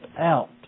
out